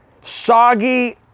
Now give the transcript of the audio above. soggy